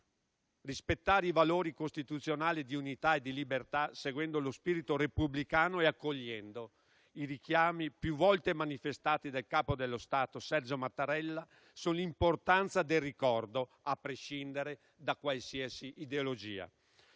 Rispettare i valori costituzionali di unità e di libertà seguendo lo spirito repubblicano e accogliendo i richiami più volte manifestati dal capo dello Stato, Sergio Mattarella, sull'importanza del ricordo a prescindere da qualsiasi ideologia.